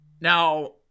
Now